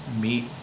meet